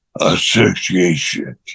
association